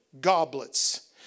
goblets